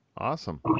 Awesome